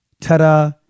Ta-da